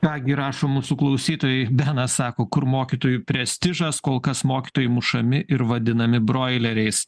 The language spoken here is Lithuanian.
ką gi rašo mūsų klausytojai benas sako kur mokytojų prestižas kol kas mokytojai mušami ir vadinami broileriais